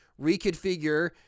reconfigure